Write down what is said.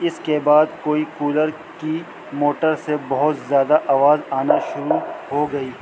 اس کے بعد کوئی کولر کی موٹر سے بہت زیادہ آواز آنا شروع ہو گئی